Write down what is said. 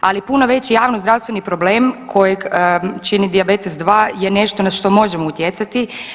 Ali puno veći javnozdravstveni problem kojeg čini dijabetes 2 je nešto na što možemo utjecati.